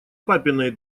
папиной